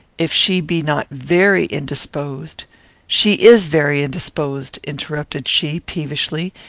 if she be not very indisposed she is very indisposed, interrupted she, peevishly.